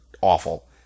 awful